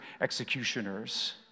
executioners